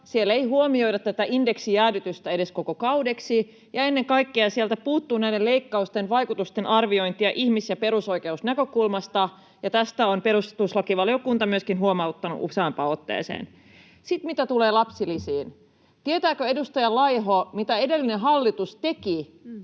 siellä ei huomioida tätä indeksijäädytystä edes koko kaudeksi, ja ennen kaikkea sieltä puuttuu näiden leikkausten vaikutusten arviointia ihmis‑ ja perusoikeusnäkökulmasta, ja tästä on myöskin perustuslakivaliokunta huomauttanut useampaan otteeseen. Sitten mitä tulee lapsilisiin, tietääkö edustaja Laiho, mitä edellinen hallitus teki,